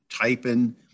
typing